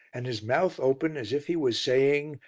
and his mouth open as if he was saying,